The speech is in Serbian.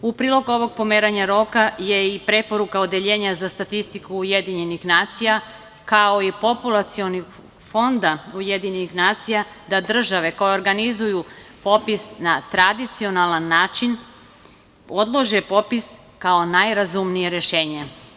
U prilog ovog pomeranja roka je i preporuka Odeljenja za statistiku UN, kao i Populacionog fonda UN da države koje organizuju popis na tradicionalan način odlože popis kao najrazumnije rešenje.